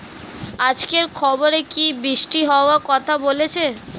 আজকের খবরে কি বৃষ্টি হওয়ায় কথা বলেছে?